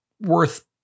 worth